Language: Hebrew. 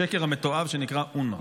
השקר המתועב שנקרא אונר"א.